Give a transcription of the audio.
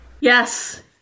Yes